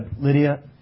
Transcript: Lydia